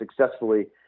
successfully